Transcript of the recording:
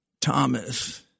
Thomas